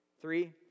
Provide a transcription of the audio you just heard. Three